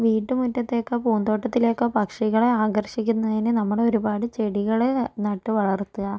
വീട്ടുമുറ്റത്തേക്കാണ് പൂന്തോട്ടത്തിലേക്കോ പക്ഷികളെ ആകർഷിക്കുന്നതിന് നമ്മള് ഒരുപാട് ചെടികള് നട്ട് വളർത്തുക